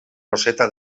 roseta